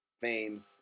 fame